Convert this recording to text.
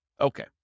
Okay